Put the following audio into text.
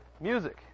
Music